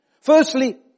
Firstly